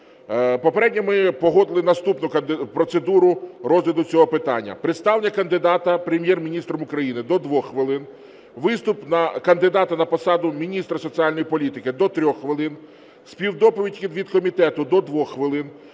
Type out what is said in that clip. попередньо ми погодили наступну процедуру розгляду цього питання: представлення кандидата Прем'єр-міністром України до 2 хвилин, виступ кандидата на посаду міністра соціальної політики до 3 хвилин, співдоповідь від комітету до 2 хвилин,